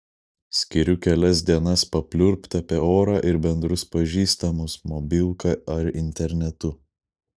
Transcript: skiriu kelias dienas papliurpt apie orą ir bendrus pažįstamus mobilka ar internetu